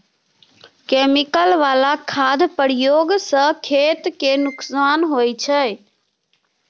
chemical बला खादक प्रयोग सँ खेत केँ नोकसान होइ छै